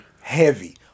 heavy